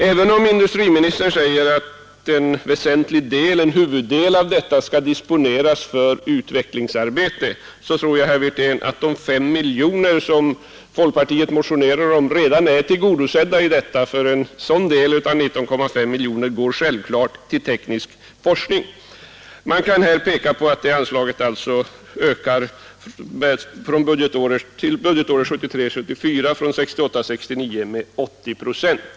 Även om inrikesministern säger att huvuddelen av detta anslag skall disponeras för utvecklingsarbeten tror jag, herr Wirtén, att de 5 miljoner kronor som folkpartiet motionerat om redan är tillgodosedda i detta belopp — en så stor del av dessa 19,5 miljoner kronor går självfallet till teknisk forskning. Detta anslag ökar alltså från budgetåret 1968 74 med 80 procent.